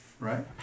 Right